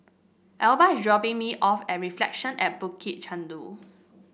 Elba is dropping me off at Reflection at Bukit Chandu